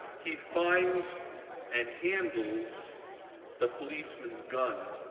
he finds and handles the policeman's gun,